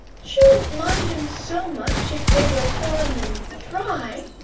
shouldn't mind em so much if they were warm and dry,